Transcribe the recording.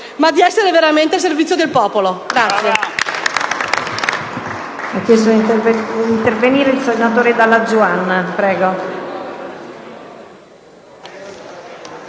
ma di essere veramente al servizio del popolo!